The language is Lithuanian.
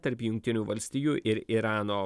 tarp jungtinių valstijų ir irano